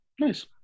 Nice